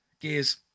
gears